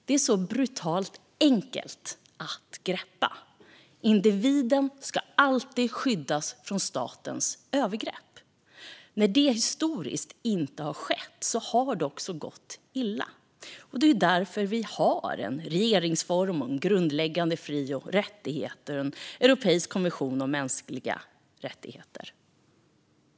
Det är så brutalt enkelt att greppa. Individen ska alltid skyddas från statens övergrepp. När så inte har skett historiskt har det också gått illa. Det är därför vi har en regeringsform om grundläggande fri och rättigheter och en europeisk konvention om mänskliga rättigheter.